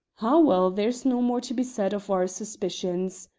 ah, well, there's no more to be said of our suspicions,